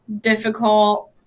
difficult